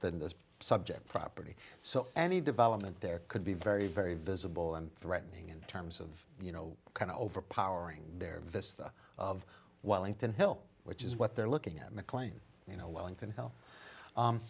than the subject property so any development there could be very very visible and threatening in terms of you know kind of over powering their vista of wellington hill which is what they're looking at mclean you know wellington